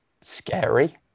scary